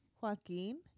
Joaquin